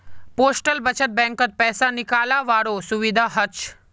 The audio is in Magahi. पोस्टल बचत बैंकत पैसा निकालावारो सुविधा हछ